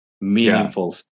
meaningful